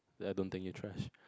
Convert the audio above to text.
then I don't think you are trash